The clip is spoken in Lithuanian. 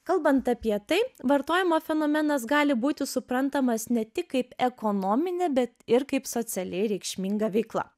kalbant apie tai vartojimo fenomenas gali būti suprantamas ne tik kaip ekonominė bet ir kaip socialiai reikšminga veikla